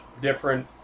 different